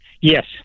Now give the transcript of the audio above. Yes